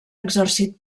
exercit